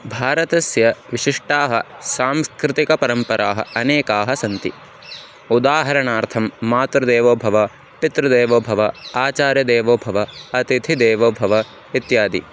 भारतस्य विशिष्टाः सांस्कृतिकपरम्पराः अनेकाः सन्ति उदाहरणार्थं मातृदेवो भव पितृदेवो भव आचार्य देवो भव अतिथिदेवो भव इत्यादयः